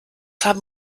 haben